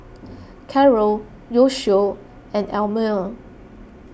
Karel Yoshio and Elmire